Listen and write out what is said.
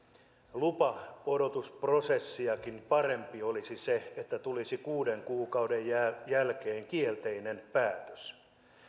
lupaodotusprosessia parempi olisi sekin että tulisi kuuden kuukauden jälkeen kielteinen päätös